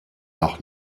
noch